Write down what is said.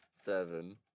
Seven